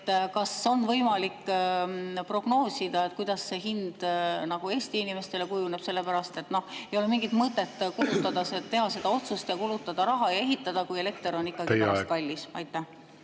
Kas on võimalik prognoosida, kuidas see hind nagu Eesti inimestele kujuneb? Ei ole mingit mõtet teha seda otsust ja kulutada raha ja ehitada, kui elekter on pärast ikkagi kallis. Aitäh,